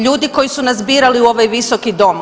Ljudi koji su nas birali u ovaj Visoki dom.